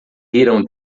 riram